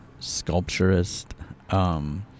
sculpturist